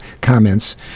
comments